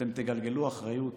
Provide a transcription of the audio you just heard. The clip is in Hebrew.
שאתם תגלגלו אחריות